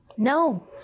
No